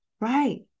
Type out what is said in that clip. Right